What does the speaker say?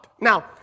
Now